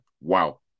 Wow